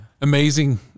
amazing